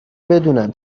بدونم